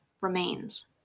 remains